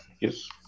yes